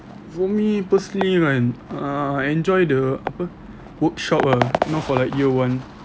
for me personally kan uh I enjoy the apa workshop ah not for like year one